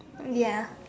ya